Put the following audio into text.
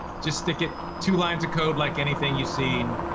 just stick it, two lines of code, like anything you see,